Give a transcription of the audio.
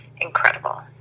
incredible